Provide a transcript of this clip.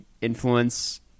influence